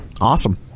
Awesome